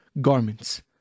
garments